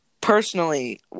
personally